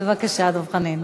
בבקשה, דב חנין.